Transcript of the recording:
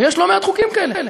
ויש לא מעט חוקים כאלה.